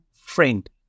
friend